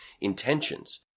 intentions